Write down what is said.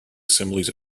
assemblies